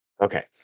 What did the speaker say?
Okay